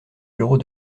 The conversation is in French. bureaux